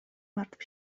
martw